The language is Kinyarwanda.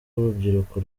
urubyiruko